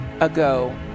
ago